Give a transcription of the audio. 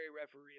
referee